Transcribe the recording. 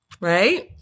Right